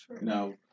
No